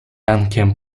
rankiem